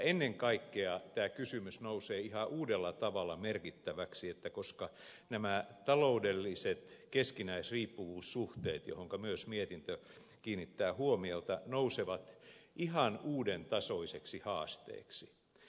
ennen kaikkea tämä kysymys nousee ihan uudella tavalla merkittäväksi koska nämä taloudelliset keskinäisriippuvuussuhteet joihinka myös mietintö kiinnittää huomiota nousevat ihan uuden tasoiseksi haasteeksi